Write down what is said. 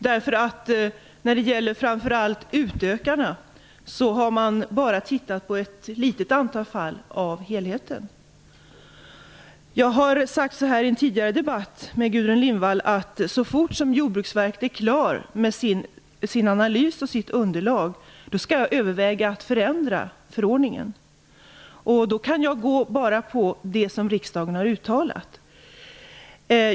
Framför allt när det gäller de som har utökat har man bara tittat på ett litet antal fall. I en tidigare debatt med Gudrun Lindvall sade jag att så fort som Jordbruksverket är klar med sin analys och sitt underlag skall jag överväga att förändra förordningen. Jag kan då bara gå på vad riksdagen har uttalat.